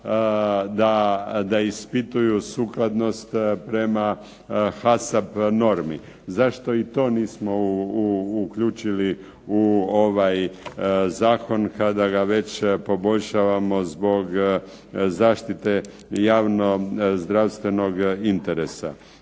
da ispituju sukladnost prema HASAP normi? Zašto i to nismo uključili u ovaj zakon kada ga već poboljšavamo zbog zaštite javnozdravstvenog interesa.